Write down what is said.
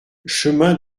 chemin